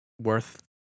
worth